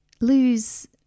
lose